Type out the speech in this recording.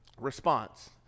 response